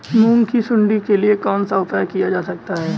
मूंग की सुंडी के लिए कौन सा उपाय किया जा सकता है?